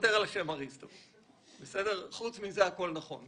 נוותר על השם אריסטו, חוץ מזה הכל נכון.